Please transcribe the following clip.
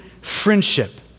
friendship